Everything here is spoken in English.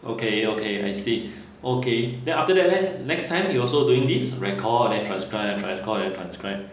okay okay I see okay then after that leh next time you also doing this record then transcribe record and transcribe